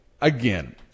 Again